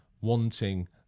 wanting